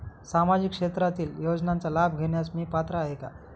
सामाजिक क्षेत्रातील योजनांचा लाभ घेण्यास मी पात्र आहे का?